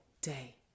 day